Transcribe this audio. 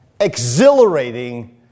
exhilarating